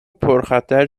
پرخطر